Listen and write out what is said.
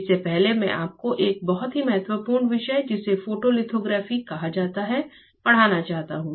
इससे पहले मैं आपको एक बहुत ही महत्वपूर्ण विषय जिसे फोटोलिथोग्राफी कहा जाता है पढ़ाना चाहता हूं